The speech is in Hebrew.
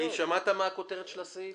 כי שמעת מה הכותרת של הסעיף?